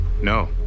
no